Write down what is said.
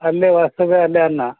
ಅಲ್ಲೇ ವಾಸ್ತವ್ಯ ಅಲ್ಲೇ ಅನ್ನ